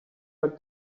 but